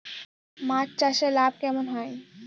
মাছ চাষে লাভ কেমন হয়?